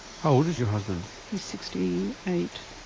how old is your husband? he's sixty eight.